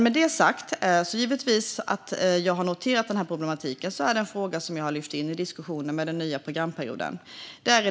Med detta sagt har jag givetvis noterat problematiken och lyft in den i diskussionen om den nya programperioden.